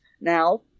now